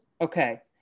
Okay